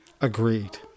Agreed